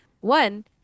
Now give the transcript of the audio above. one